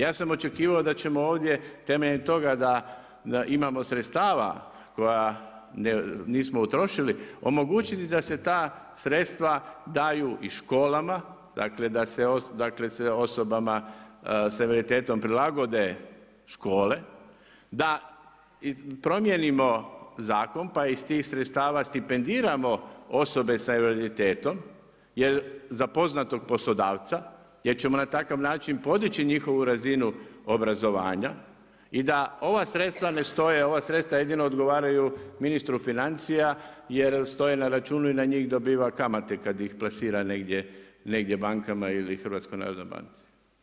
Ja sam očekivao da ćemo ovdje, temeljem toga da imamo sredstava koja nismo utrošili, omogućiti da se ta sredstva daju i školama, dakle, da se osobama s invaliditetom prilagode škole, da prodjenimo zakon pa iz tih sredstava stipendiramo osobe s invaliditetom, za poznatog poslodavca, jer ćemo na takav način podići njihovu razinu obrazovanja i da ova sredstva ne stoje, ova sredstva jedino odgovaraju ministru financija jer stoje na računu i na njih dobiva kamate kad ih plasira negdje bankama ili HNB.